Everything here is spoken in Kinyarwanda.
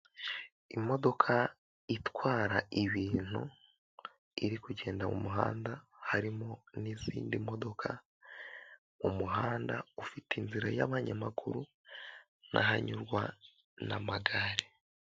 Imodoka itwara ibintu iri kugenda mu muhanda harimo n'izindi modoka, umuhanda ufite inzira y'abanyamaguru nahanyurwa n'amagare.